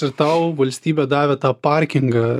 ir tau valstybė davė tą parkingą